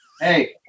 hey